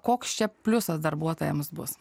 koks čia pliusas darbuotojams bus